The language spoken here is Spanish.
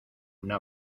una